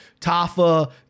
Tafa